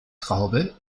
traube